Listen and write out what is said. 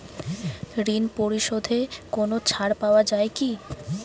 ঋণ পরিশধে কোনো ছাড় পাওয়া যায় কি?